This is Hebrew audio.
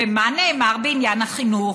ומה נאמר בעניין החינוך?